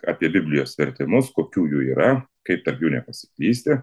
apie biblijos vertimus kokių jų yra kaip tarp jų nepasiklysti